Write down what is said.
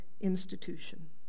institution